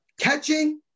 Catching